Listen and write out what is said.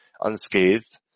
unscathed